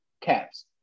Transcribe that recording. caps